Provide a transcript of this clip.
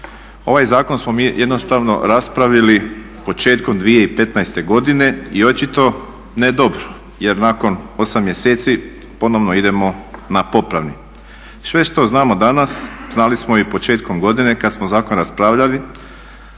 ovaj zakon smo smi jednostavno raspravili početkom 2015. godine i očito ne dobro jer nakon 8 mjeseci ponovno idemo na popravni. Sve što znamo danas znali smo i početkom godine kad smo zakon raspravljali.